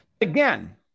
again